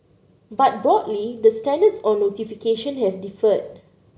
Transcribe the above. but broadly the standards on notification have differed